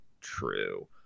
true